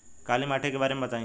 काला माटी के बारे में बताई?